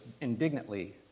indignantly